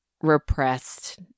repressed